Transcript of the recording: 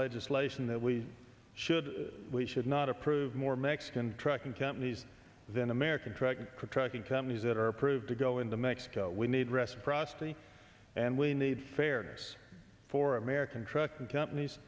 legislation that we should we should not approve more mexican trucking companies than american trucking for trucking companies that are approved to go into mexico we need reciprocity and we need fairness for american trucking companies